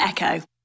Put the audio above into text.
Echo